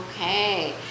Okay